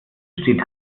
steht